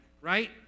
right